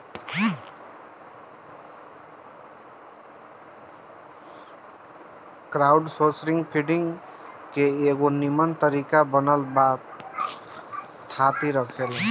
crowdsourcing funding के एगो निमन तरीका बनल बा थाती रखेला